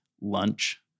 lunch